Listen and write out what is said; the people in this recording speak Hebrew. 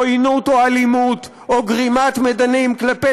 עוינות או אלימות או גרימת מדנים כלפי